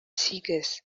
сигез